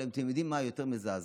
אבל אתם יודעים מה יותר מזעזע?